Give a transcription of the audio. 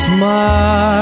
Smile